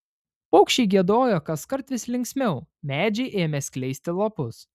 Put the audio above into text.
paukščiai giedojo kaskart vis linksmiau medžiai ėmė skleisti lapus